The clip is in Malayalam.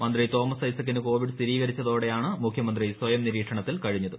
മന്ത്രി തോമസ് ഐസകിന് കോവിഡ് സ്ഥിരീകരിച്ചതോടെയാണ് മുഖ്യമന്ത്രി സ്വയം നിരീക്ഷണത്തിൽ കഴിഞ്ഞത്